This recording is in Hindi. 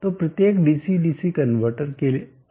तो प्रत्येक डीसी डीसी कन्वर्टर्स के अलग कार्य है